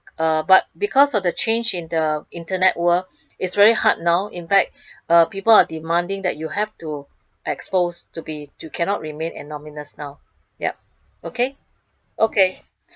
uh but because of the change in the internet world it's very hard now invite uh people that are demanding that you have to expose to be to cannot remain anonymous now yup okay okay